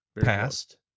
passed